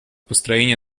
построение